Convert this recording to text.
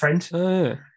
friend